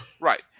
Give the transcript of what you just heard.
Right